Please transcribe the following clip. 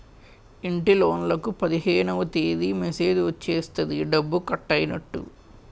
ఇంటిలోన్లకు పదిహేనవ తేదీ మెసేజ్ వచ్చేస్తది డబ్బు కట్టైనట్టు